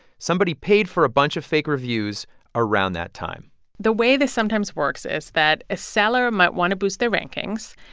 somebody paid for a bunch of fake reviews around that time the way this sometimes works is that a seller might want to boost their rankings.